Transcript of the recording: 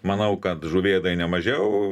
manau kad žuvėdai nemažiau